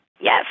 Yes